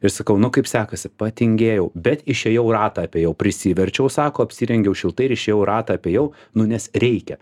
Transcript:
ir sakau nu kaip sekasi patingėjau bet išėjau ratą apėjau prisiverčiau sako apsirengiau šiltai ir išėjau ratą apėjau nu nes reikia